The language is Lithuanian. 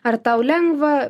ar tau lengva